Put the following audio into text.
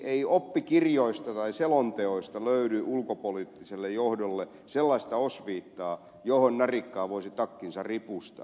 ei oppikirjoista tai selonteoista löydy ulkopoliittiselle johdolle sellaista osviittaa johon narikkaan voisi takkinsa ripustaa